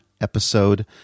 episode